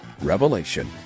revelation